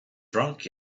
drunk